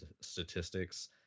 statistics